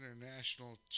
International